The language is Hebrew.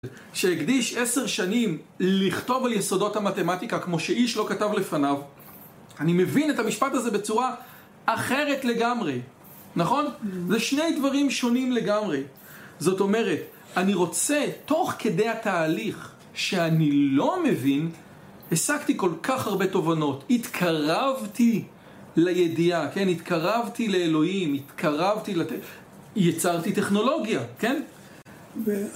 כשאקדיש עשר שנים לכתוב על יסודות המתמטיקה כמו שאיש לא כתב לפניו אני מבין את המשפט הזה בצורה אחרת לגמרי נכון? זה שני דברים שונים לגמרי זאת אומרת, אני רוצה תוך כדי התהליך שאני לא מבין הסקתי כל כך הרבה תובנות, התקרבתי לידיעה, כן? התקרבתי לאלוהים, התקרבתי ל... יצרתי טכנולוגיה, כן?